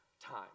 time